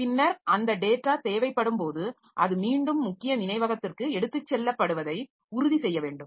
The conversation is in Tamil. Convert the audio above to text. பின்னர் அந்தத் டேட்டா தேவைப்படும்போது அது மீண்டும் முக்கிய நினைவகத்திற்கு எடுத்துச் செல்லப்படுவதை உறுதி செய்ய வேண்டும்